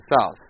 south